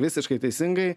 visiškai teisingai